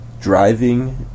driving